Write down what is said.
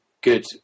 good